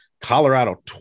Colorado